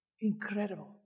Incredible